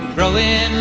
really